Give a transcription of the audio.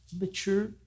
mature